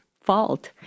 fault